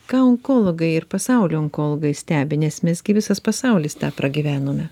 ką onkologai ir pasaulio onkologai stebi nes mes gi visas pasaulis tą pragyvenome